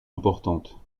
importante